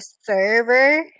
server